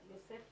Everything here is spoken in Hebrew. עורך דין יוסף